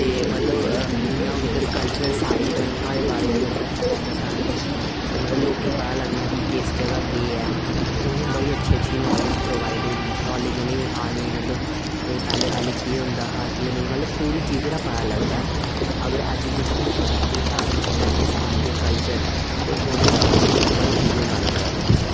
ते मतलब जियां हून इद्धर कल्चर साइड ना नुआढ़े बारे च अगर दस्सेआ जागा अगर सारा किश ते मतलब लोकें गी पता लग्गना कि किस जगह केह् ऐ ते उनेंगी बडी अच्छी अच्छी नाॅलेज प्रोबाइड होनी नाॅलेज उनेंगी आनी मतलब पैहलें पैहलें केह् होंदा हा केह् नेई मतलब पूरी चीजें दा पता लगदा हा अगर ऐजुकेशन बिच अस एह् सारी प्रैक्टिस आह्नगे कल्चर ते उनेंगी बड़ी चीजें दे बारे च पता लग्गना